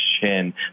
chin